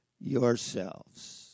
yourselves